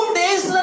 days